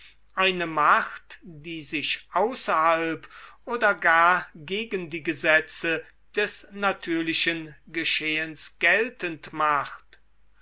eine macht die sich außerhalb oder gar gegen die gesetze des natürlichen geschehens geltend macht